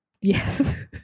Yes